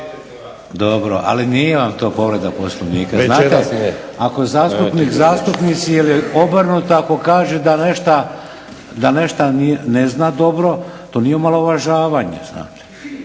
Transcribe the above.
Dobro. Ali nije vam to povreda Poslovnika. Ako zastupnik zastupnici ili obrnuto ako kaže da nešto ne zna dobro to nije omalovažavanje,